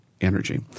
energy